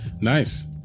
Nice